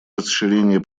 расширения